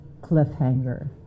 cliffhanger